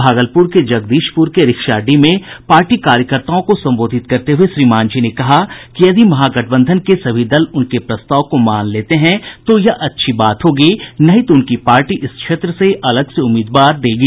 भागलपुर के जगदीशपुर के रिक्शाडीह में पार्टी कार्यकर्ताओं को संबोधित करते हुये श्री मांझी ने कहा कि यदि महागठबंधन के सभी दल उनके प्रस्ताव को मान लेते हैं तो यह अच्छी बात होगी नहीं तो उनकी पार्टी इस क्षेत्र से अलग से उम्मीदवार देगी